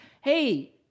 hey